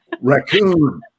Raccoon